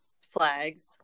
FLAG's